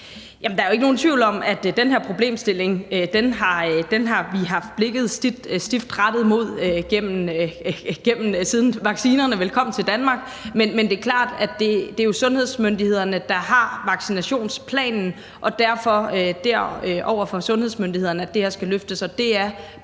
der er jo ikke nogen tvivl om, at har vi haft blikket stift rettet mod den her problemstilling, siden vaccinerne kom til Danmark. Men det er klart, at det er sundhedsmyndighederne, der har vaccinationsplanen, og det er derfor over for sundhedsmyndighederne, at det her skal løftes. Det er